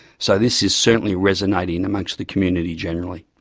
so this is certainly resonating and amongst the community generally.